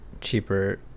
cheaper